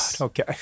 Okay